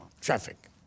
Traffic